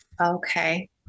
Okay